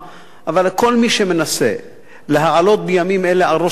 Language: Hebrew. אבל כל מי שמנסה להעלות בימים אלה על ראש שמחתנו